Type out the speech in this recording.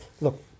Look